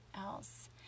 else